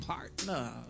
partner